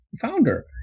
founder